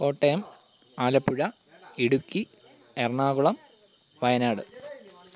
Kottayam Alappuzha Idukki Ernakulam Wayanad